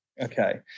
Okay